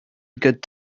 good